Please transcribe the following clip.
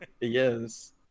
Yes